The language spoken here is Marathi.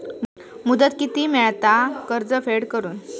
मुदत किती मेळता कर्ज फेड करून?